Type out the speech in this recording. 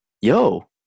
Yo